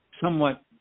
somewhat